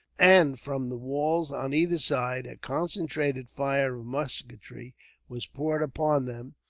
and from the walls on either side, a concentrated fire of musketry was poured upon them,